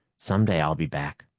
some day i'll be back.